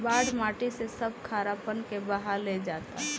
बाढ़ माटी से सब खारापन के बहा ले जाता